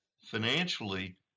financially